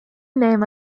name